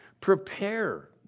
Prepare